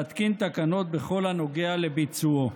להתקין תקנות בכל הנוגע לביצועו.